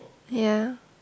ya